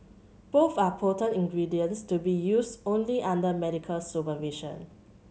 both are potent ingredients to be used only under medical supervision